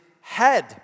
head